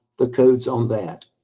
the codes on that.